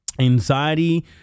anxiety